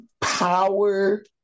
power